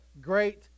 Great